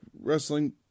Wrestling